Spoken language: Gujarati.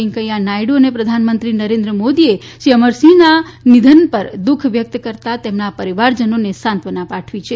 વેંકૈયા નાયડુ અને પ્રધાનમંત્રી નરેન્ર મોદીએ શ્રી અમરસિંહના નિધન પર દુઃખ વ્યક્ત કરતા તેમના પરિવારજનોને સાંત્વના પાઠવી છે